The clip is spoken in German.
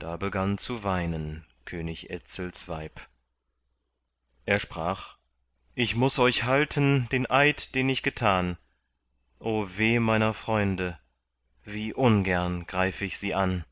da begann zu weinen könig etzels weib er sprach ich muß euch halten den eid den ich getan o weh meiner freunde wie ungern greif ich sie an